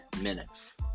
minutes